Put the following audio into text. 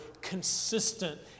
consistent